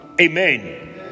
Amen